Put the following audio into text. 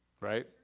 right